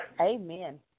Amen